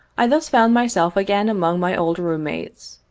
i thus found myself again among my old room mates.